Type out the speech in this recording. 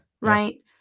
right